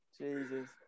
Jesus